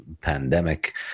pandemic